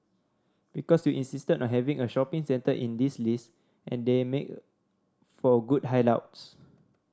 because you insisted on having a shopping centre in this list and they make for good hideouts